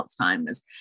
Alzheimer's